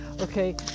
Okay